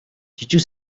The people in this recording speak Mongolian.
жижиг